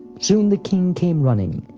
soon the king came running,